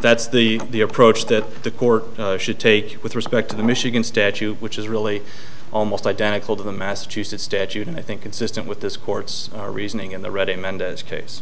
that's the approach that the court should take with respect to the michigan statute which is really almost identical to the massachusetts statute and i think consistent with this court's reasoning in the reading mendez case